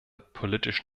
politisch